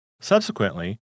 Subsequently